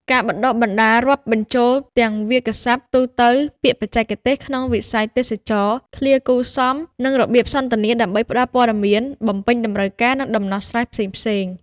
ការបណ្តុះបណ្តាលរាប់បញ្ចូលទាំងវាក្យសព្ទទូទៅ ពាក្យបច្ចេកទេសក្នុងវិស័យទេសចរណ៍ ឃ្លាគួរសម និងរបៀបសន្ទនាដើម្បីផ្តល់ព័ត៌មាន បំពេញតម្រូវការ និងដោះស្រាយបញ្ហាផ្សេងៗ។